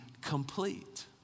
complete